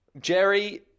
Jerry